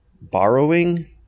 borrowing